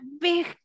big